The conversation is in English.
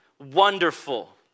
wonderful